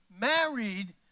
married